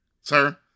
Sir